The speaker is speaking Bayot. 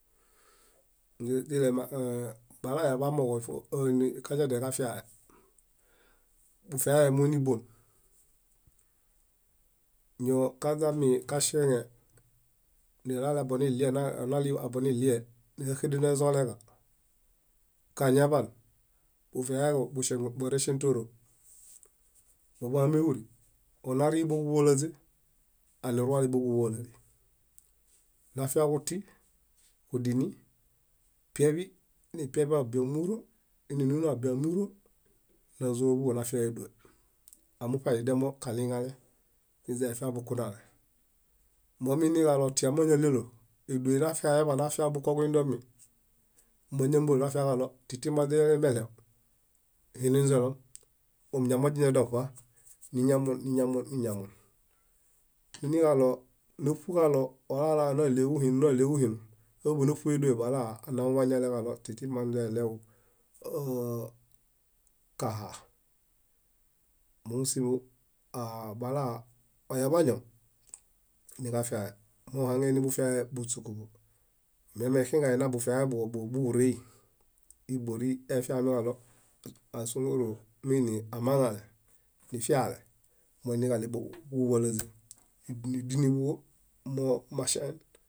Ínźe źile áa- balayaḃamooġo ífo áa- kañadianiġafiahe. Bufiamoini bón? Ñokaźamikaŝeŋe niɭale aboniɭie na- onaniɭii aboniɭiel, níġaxedeno ezualeġa, kañaḃaan, bufiaeḃo buŝeŋu- boreŝẽtooro. Bóḃuhameuri, onarii bóġuḃolaźe, aniruale bóġuḃolali. Nafiaġuti, kudini, pieḃi, inipieḃiabia ómuro, iininuniabia ómuro, názoḃuġo nafia édoe, amuṗeaidimo kaɭiŋale, niźaifia bukunale. Momiiniġaɭo otia máñaɭelo, édoe nafiae, nafiabukoġuindomi, máñambolo nafiaġaɭo tĩtiman źilemeɭew, hinuinźelom, ñamon źiñadoḃa, ñamon, niñamon, niñamon, niñamon. Miniġaɭo náṗuġaɭo olala náɭeġu hinum, náɭeġu hinum, náɭeġu hinum, máñaḃanaṗuedoe balaanaw wañaleġaɭo tĩtiman źeɭew uáa- kahaa. Mómusimo aa- balaa oyaḃañaw, niġafiae, mohaŋeini bufiae buśukuḃo. Miame ixingahe nabufiaḃuġo bóo búġurehi. Íi bóri efiamiġaɭo ásunguru miiniamaŋale, nifiale, moiniġaɭe bóġuḃolaźe, nídiniḃuġo momaŝaen.